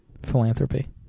Philanthropy